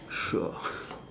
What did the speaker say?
sure